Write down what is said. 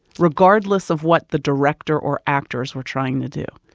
regardless of what the director or actors were trying to do.